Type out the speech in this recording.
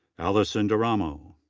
alyson deramo.